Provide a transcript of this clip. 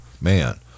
man